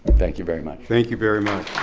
thank you very much. thank you very much.